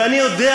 ואני יודע,